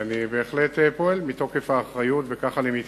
ואני בהחלט פועל מתוקף האחריות וכך אני מתכוון.